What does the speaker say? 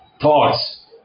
thoughts